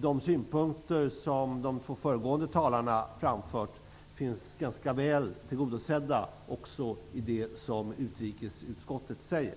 De synpunkter som de två föregående talarna framförde är ganska väl tillgodosedda också i utrikesutskottets skrivning.